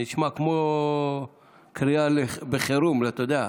נשמע כמו קריאה בחירום, אתה יודע,